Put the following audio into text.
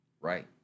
right